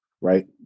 right